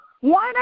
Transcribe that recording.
One